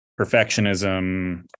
perfectionism